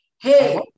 hey